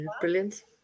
brilliant